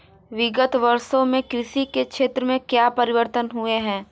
विगत वर्षों में कृषि के क्षेत्र में क्या परिवर्तन हुए हैं?